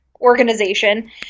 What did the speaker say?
Organization